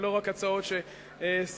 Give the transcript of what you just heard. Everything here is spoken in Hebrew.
ולא רק הצעות ששמות,